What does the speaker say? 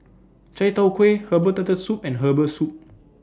Chai Tow Kuay Herbal Turtle Soup and Herbal Soup